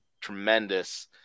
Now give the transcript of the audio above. tremendous